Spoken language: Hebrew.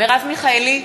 מרב מיכאלי,